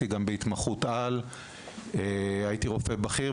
רופא בכיר,